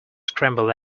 scrambled